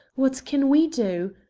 what can we do?